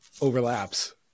overlaps